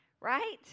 right